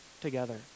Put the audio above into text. together